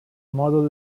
mòdul